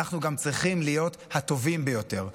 אנחנו גם צריכים להיות הטובים ביותר.